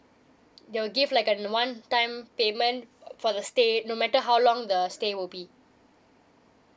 you're give like at one time payment for the stay no matter how long the stay will be